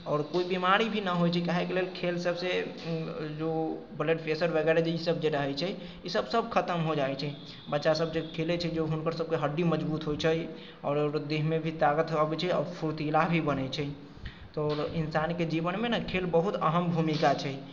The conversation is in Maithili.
आओर कोइ बिमारी भी न होइ छै काहेके लेल खेलसभसँ जो ब्लड प्रेशर वगैरह जे ईसभ जे रहै छै ईसभ सभ खतम हो जाइ छै बच्चासभ जे खेलै छै जे हुनकरसभके हड्डी मजबूत होइ छै आओर देहमे भी ताकत अबै छै आओर फुर्तीला भी बनै छै तऽ इन्सानके जीवनमे न खेल बहुत अहम भूमिका छै